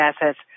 assets